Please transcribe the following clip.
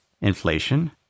inflation